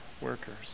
workers